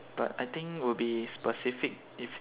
but I think will be specific if